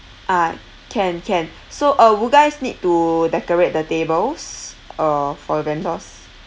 ah can can so uh would you guys need to decorate the tables uh for the vendors